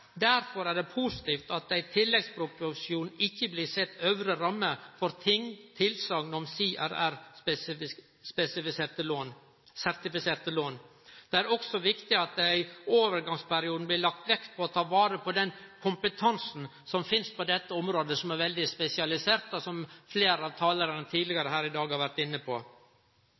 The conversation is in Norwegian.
Derfor er det positivt at det i tilleggsproposisjonen ikkje blir sett ei øvre ramme for tilsegn om CIRR-sertifiserte lån. Det er også viktig at det i overgangsperioden blir lagt vekt på å ta vare på den kompetansen som finst på dette området, som er veldig spesialisert, og som fleire av talarane tidlegare her i dag har vore inne på.